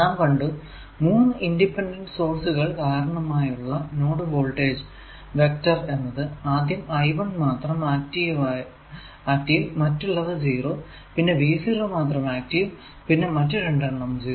നാം കണ്ടു മൂന്ന് ഇൻഡിപെൻഡന്റ് സോഴ്സുകൾ കരണമായുള്ള നോഡ് വോൾടേജ് വെക്റ്റർ എന്നത് ആദ്യം I1 മാത്രം ആക്റ്റീവ് മറ്റുള്ളവ 0 പിന്നെ V0 മാത്രം ആക്റ്റീവ് പിന്നെ മറ്റു രണ്ടെണ്ണം 0